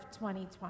2020